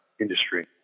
industry